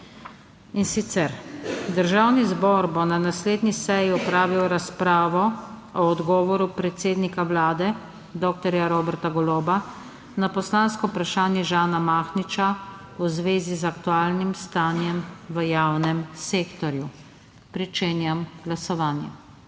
in sicer: Državni zbor bo na naslednji seji opravil razpravo o odgovoru predsednika Vlade dr. Roberta Goloba na poslansko vprašanje Žana Mahniča v zvezi z aktualnim stanjem v javnem sektorju. Glasujemo.